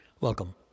Welcome